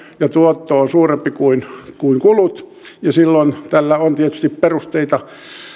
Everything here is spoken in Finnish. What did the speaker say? tuotto on suurempi kuin kuin kulut ja silloin tällä on tietysti perusteita